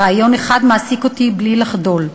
רעיון אחד מעסיק אותי בלי לחדול,